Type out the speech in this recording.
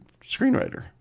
screenwriter